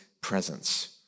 presence